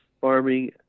farming